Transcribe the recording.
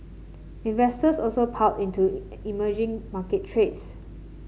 investors also piled into emerging market trades